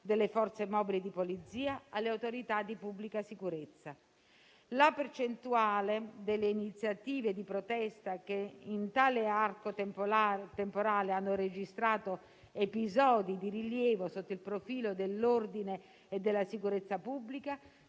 delle forze mobili di polizia alle autorità di pubblica sicurezza. La percentuale delle iniziative di protesta che in tale arco tempo temporale hanno registrato episodi di rilievo sotto il profilo dell'ordine e della sicurezza pubblica